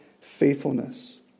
faithfulness